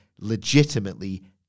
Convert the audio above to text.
legitimately